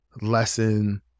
lesson